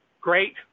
Great